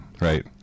right